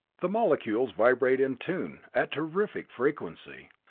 the molecules vibrate in tune, at terrific frequency,